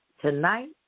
tonight